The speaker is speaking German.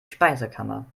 speisekammer